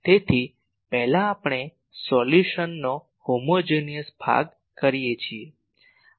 તેથી પહેલા આપણે સોલ્યુશનનો સમાનધર્મી ભાગ કરીએ છીએ